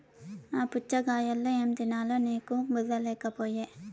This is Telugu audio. ఆ పుచ్ఛగాయలో ఏం తినాలో నీకు బుర్ర లేకపోయె